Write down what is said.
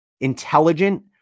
intelligent